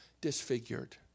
disfigured